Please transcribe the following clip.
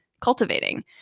cultivating